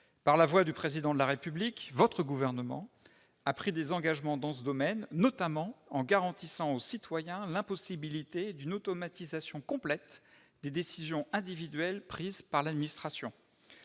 auquel vous appartenez, madame la secrétaire d'État, a pris des engagements dans ce domaine, notamment en garantissant aux citoyens l'impossibilité d'une automatisation complète des décisions individuelles prises par l'administration.